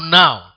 now